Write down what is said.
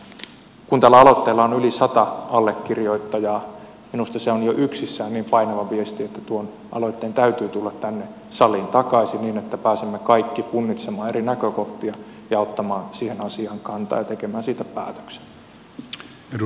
kun tällä aloitteella on yli sata allekirjoittajaa minusta se on jo yksissään niin painava viesti että tuon aloitteen täytyy tulla tänne saliin takaisin niin että pääsemme kaikki punnitsemaan eri näkökohtia ja ottamaan siihen asiaan kantaa ja tekemään siitä päätöksen